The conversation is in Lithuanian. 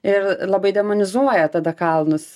ir labai demonizuoja tada kalnus